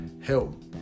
help